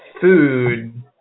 food